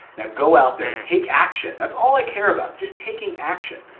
now, go out there, take action. that's all i care about, just taking action,